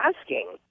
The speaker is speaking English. asking